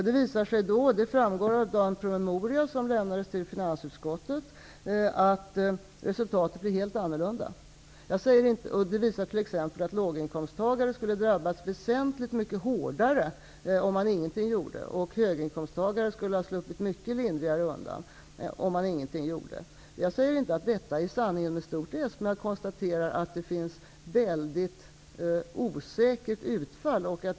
Det visar sig då -- det framgår också av den promemoria som lämnades till finansutskottet -- att resultatet blir helt annorlunda. Det visar t.ex. att låginkomsttagare skulle drabbas väsentligt mycket hårdare om man ingenting gjorde och att höginkomsttagare skulle ha sluppit mycket lindrigare undan om man ingenting gjorde. Jag säger inte att detta är sanning med stort s, men jag konstaterar att utfallet är väldigt osäkert.